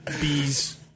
Bees